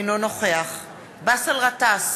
אינו נוכח באסל גטאס,